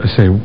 Say